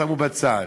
שמו בצד,